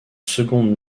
secondes